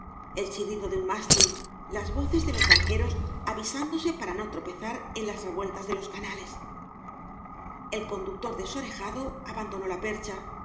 el chirrido de un mástil las voces de los barque ros avisándose para no tropezar en las revueltas de los canales el conductor desorejado abandonó la percha